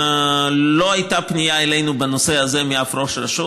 לא הייתה פנייה אלינו בנושא הזה מאף ראש רשות.